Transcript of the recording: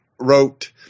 wrote